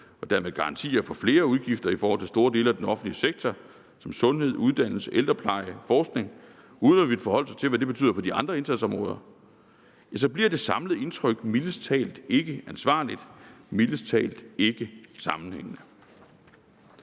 og dermed garantier for flere udgifter i forhold til store dele af den offentlige sektor som sundhed, uddannelse, ældrepleje og forskning uden at ville forholde sig til, hvad det betyder for de andre indsatsområder – ja, så bliver det samlede indtryk mildest talt ikke ansvarligt, mildest talt ikke sammenhængende.